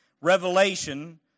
revelation